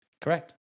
Correct